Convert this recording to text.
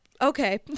okay